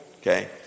okay